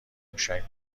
موشک